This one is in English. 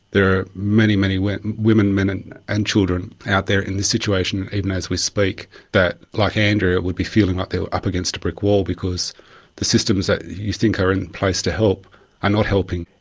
there are many, many women, men and and children out there in this situation even as we speak that, like andrea, would be feeling like they were up against a brick wall because the systems that you think are in place to help are not helping.